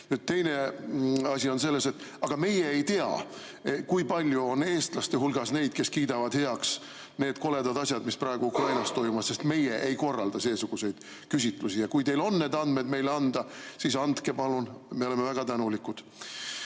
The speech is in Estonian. Teine asi on selles, et aga meie ei tea, kui palju on eestlaste hulgas neid, kes kiidavad heaks need koledad asjad, mis praegu Ukrainas toimuvad, sest meie ei korralda seesuguseid küsitlusi. Kui teil on need andmed meile anda, siis andke palun, me oleme väga tänulikud.